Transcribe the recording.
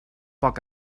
poc